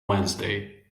wednesday